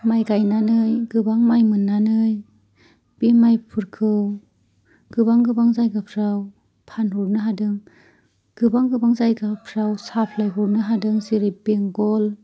माइ गायनानै गोबां माइ मोननानै बे माइफोरखौ गोबां गोबां जायगाफोराव फानहरनो हादों गोबां गोबां जायगाफोराव साप्लाय हरनो हादों जेरै बेंगल